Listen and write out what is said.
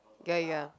get it ya